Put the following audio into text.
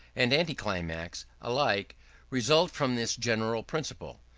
and anticlimax, alike result from this general principle.